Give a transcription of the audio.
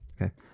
Okay